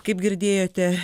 kaip girdėjote